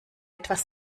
etwas